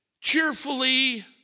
cheerfully